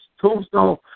Tombstone